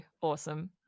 awesome